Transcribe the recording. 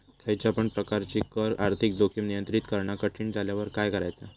खयच्या पण प्रकारची कर आर्थिक जोखीम नियंत्रित करणा कठीण झाल्यावर काय करायचा?